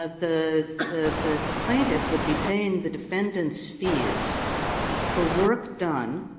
ah the the the plaintiff would be paying the defendant's fees for work done